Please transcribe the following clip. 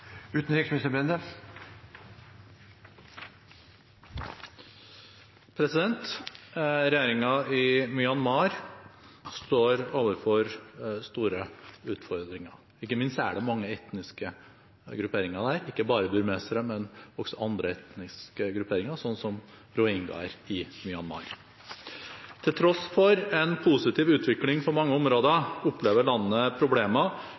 i Myanmar står overfor store utfordringer. Ikke minst er det mange etniske grupperinger der, ikke bare burmesere, men også andre etniske grupperinger, slik som rohingya i Myanmar. Til tross for en positiv utvikling på mange områder opplever landet problemer